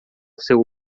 seu